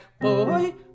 boy